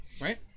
right